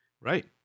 Right